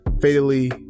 fatally